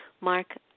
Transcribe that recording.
Mark